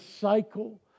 cycle